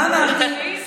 מה אמרתי?